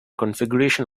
configuration